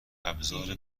ابزار